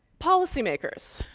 policy makers,